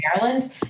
Maryland